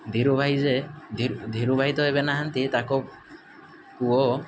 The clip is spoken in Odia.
ଧିରୁ ଭାଇ ଯେ ଧିରୁ ଭାଇ ତ ଏବେ ନାହାଁନ୍ତି ତାଙ୍କ ପୁଅ